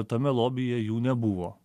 tame lobyje jų nebuvo